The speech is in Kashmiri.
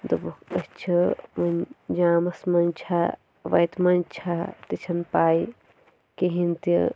دوٚپُکھ أسۍ چھِ وُنہِ جامَس منٛز چھا وَتہِ منٛز چھا تہِ چھَنہٕ پاے کِہیٖنۍ تہِ